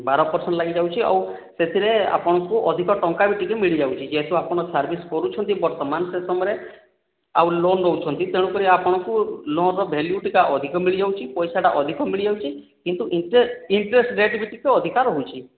ବାର ପର୍ସେଣ୍ଟ ଲାଗିଯାଉଛି ଆଉ ସେଥିରେ ଆପଣଙ୍କୁ ଅଧିକ ଟଙ୍କା ବି ମିଳିଯାଉଛି ଆପଣ ସର୍ଭିସ୍ କରୁଛନ୍ତି ବର୍ତ୍ତମାନ ସେ ସମୟରେ ଆଉ ଲୋନ୍ ନେଉଛନ୍ତି ତେଣୁ କରି ଆପଣଙ୍କୁ ଲୋନ୍ ର ଭ୍ୟାଲ୍ୟୁ ଟିକେ ଅଧିକ ମିଳିଯାଉଛି ତେଣୁ ପଇସାଟା ଅଧିକ ମିଳିଯାଉଛି କିନ୍ତୁ ଇଣ୍ଟରେଷ୍ଟ ରେଟ୍ ବି ଟିକେ ଅଧିକ ରହୁଛି